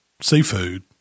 seafood